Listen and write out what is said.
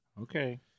Okay